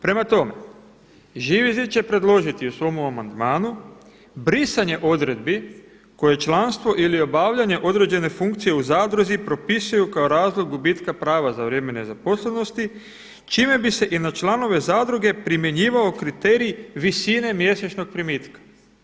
Prema tome, Živi zid će predložiti u svom amandmanu brisanje odredbi koje je članstvo ili obavljanje određene funkcije u zadruzi propisuju kao razlog gubitka prava za vrijeme nezaposlenosti čime bi se i na članove zadruge primjenjivao kriterij visine mjesečnog primitka.